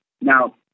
Now